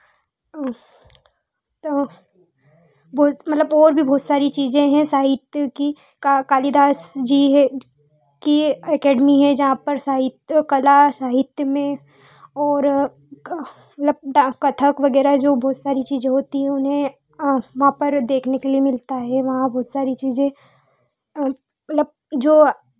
वह इस मतलब और भी बहुत सारी चीज़ें हैं साहित्य की कालिदास जी है की यह एकेडमी जहाँ पर साहित्य कला साहित्य में और क लब डाँ कथक वगैरह जो बहुत सारी चीज़ें होती है उन्हें वहाँ पर देखने के लिए मिलता है वहाँ बहुत सारी चीज़ें लब जो